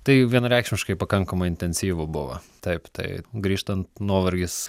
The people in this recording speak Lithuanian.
tai vienareikšmiškai pakankamai intensyvu buvo taip tai grįžtant nuovargis